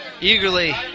eagerly